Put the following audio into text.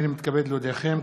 הנני מתכבד להודיעכם,